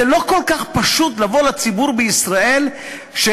זה לא כל כך פשוט לבוא לציבור בישראל ולדבר